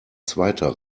zweiter